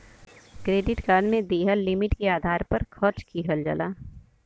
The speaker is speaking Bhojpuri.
क्रेडिट कार्ड में दिहल लिमिट के आधार पर खर्च किहल जाला